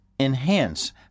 enhance